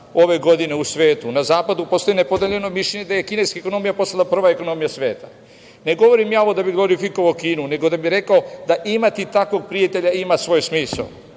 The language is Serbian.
ove godine u svetu. Na zapadu postoji nepodeljeno mišljenje da je kineska ekonomija postala prva ekonomija sveta. Ne govorim ovo da bih glorifikovao Kinu, nego da bih rekao da imati takvog prijatelja ima svoj smisao